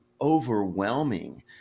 overwhelming